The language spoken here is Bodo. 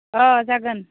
अ जागोन